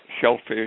shellfish